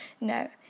No